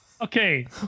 Okay